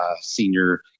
senior